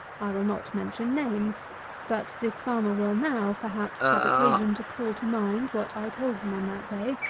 i will not mention names but this farmer will now, perhaps, have occasion to call to mind what i told him on that day,